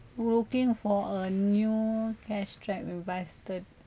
we're looking for a new cash strapped invested